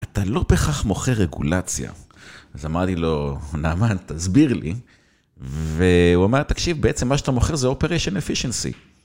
אתה לא בהכרח מוכר רגולציה", אז אמרתי לו, נאמן, תסביר לי והוא אומר, תקשיב, בעצם מה שאתה מוכר זה Operation Efficiency.